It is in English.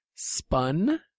Spun